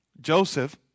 Joseph